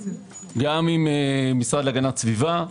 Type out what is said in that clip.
גם עם המשרד להגנת סביבה,